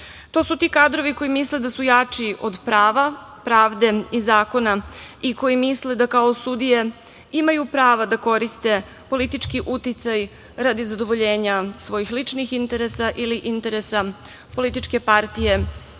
To su ti kadrovi koji misle da su jači od prava, pravde i zakona i koji misle da kao sudije imaju prava da koriste politički uticaj radi zadovoljenja svojih ličnih interesa ili interesa političke partije